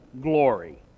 glory